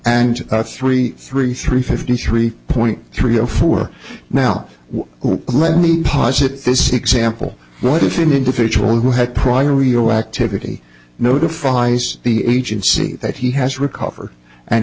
and three three three fifty three point three zero four now let me pause it this example what if an individual who had prior real activity notifies the agency that he has recovered and